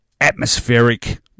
atmospheric